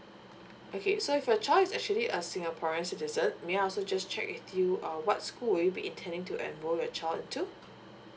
okay so if your child's actually a singaporean citizen may I also just check with you uh what school will you be intending to enroll your child into